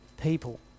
people